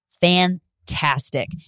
fantastic